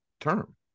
term